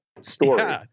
story